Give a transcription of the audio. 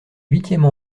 huitième